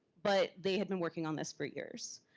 but they had been working on this for years.